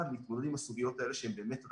להתמודד עם הסוגיות האלה שהן באמת רב-מימדיות.